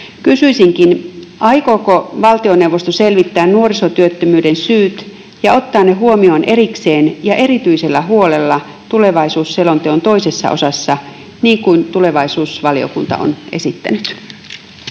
Kysyisinkin: aikooko valtioneuvosto selvittää nuorisotyöttömyyden syyt ja ottaa ne huomioon erikseen ja erityisellä huolella tulevaisuusselonteon toisessa osassa, niin kuin tulevaisuusvaliokunta on esittänyt?